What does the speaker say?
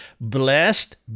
Blessed